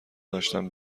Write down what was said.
داشتم